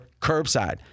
curbside